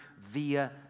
via